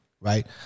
right